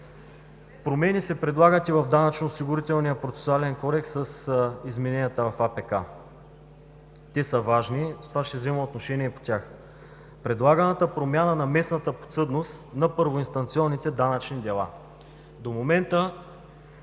Промени се предлагат и в Данъчно-осигурителния процесуален кодекс с измененията в Административнопроцесуалния кодекс. Те са важни, затова ще взема отношение по тях. Предлаганата промяна на местната подсъдност на първоинстанционните данъчни дела. До момента